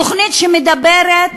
תוכנית שמדברת